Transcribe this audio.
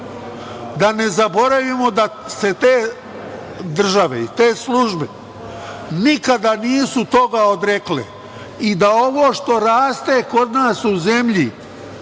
da ne zaboravimo da se te države i te službe nikada nisu toga odrekle i da ovo što raste kod nas u zemlji